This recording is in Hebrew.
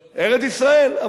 ארץ-ישראל,